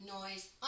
noise